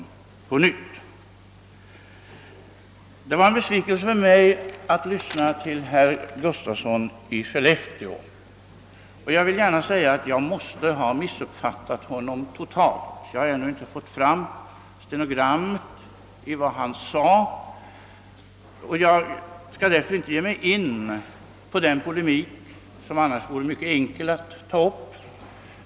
Jag blev för min del besviken när jag lyssnade till herr Gustafsson i Skellefteå men vill gärna medge att jag kan ha missuppfattat honom fullständigt. Jag har ännu inte fått se den stenografiska utskriften och skall därför inte ge mig in på den polemik som det annars vore mycket enkelt att ta upp.